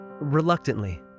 reluctantly